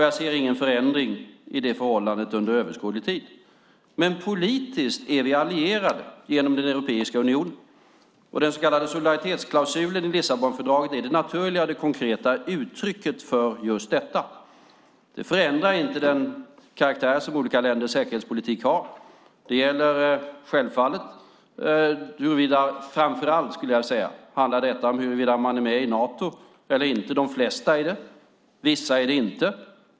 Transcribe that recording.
Jag ser ingen förändring i det förhållandet under överskådlig tid. Men politiskt är vi allierade genom Europeiska unionen. Den så kallade solidaritetsklausulen i Lissabonfördraget är det naturliga och det konkreta uttrycket för just detta. Det förändrar inte den karaktär som olika länders säkerhetspolitik har. Det handlar självfallet och framför allt, skulle jag vilja säga, om huruvida man är med i Nato eller inte. De flesta är det. Vissa är det inte.